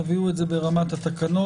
תביאו את זה ברמת התקנות.